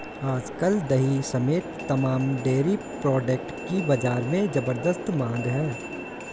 आज कल दही समेत तमाम डेरी प्रोडक्ट की बाजार में ज़बरदस्त मांग है